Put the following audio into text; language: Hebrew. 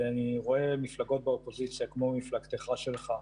אני רואה מפלגות באופוזיציה, כמו מפלגתך שלך,